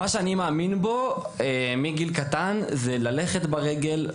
הדבר שבו אני מאמין מגיל קטן זה ללכת ברגל,